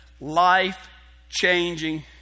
life-changing